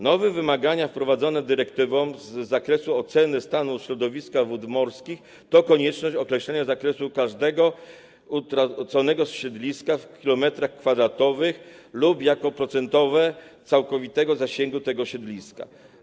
Nowe wymagania wprowadzone dyrektywą z zakresu oceny stanu środowiska wód morskich to konieczność określania zakresu każdego utraconego siedliska w kilometrach kwadratowych lub procentowo, jako odsetka całkowitego zasięgu typu siedliska.